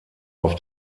auf